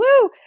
woo